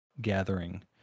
gathering